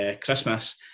Christmas